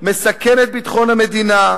מסכן את ביטחון המדינה,